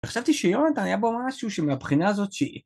וחשבתי שיונתן היה בו משהו שמבחינה הזאת שהיא...